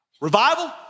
Revival